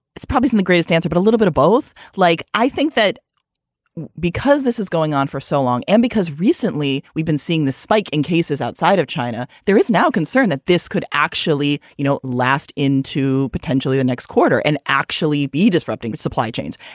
it's publishing the great dancer, but a little bit of both. like, i think that because this is going on for so long and because recently we've been seeing the spike in cases outside of china. there is now concern that this could actually, you know, last into potentially the next quarter and actually be disrupting the supply chains,